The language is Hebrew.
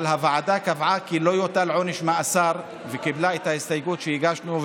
אבל הוועדה קבעה כי לא יוטל עונש מאסר וקיבלה את ההסתייגות שהגשנו.